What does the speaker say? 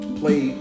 play